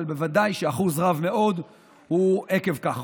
אבל ודאי שאחוז רב מאוד הוא עקב כך.